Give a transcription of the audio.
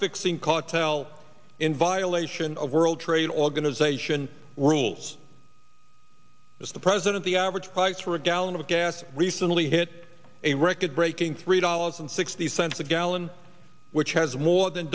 fixing caught tell in violation of world trade organization rules as the president the average price for a gallon of gas recently hit a record breaking three dollars and sixty cents a gallon which has more than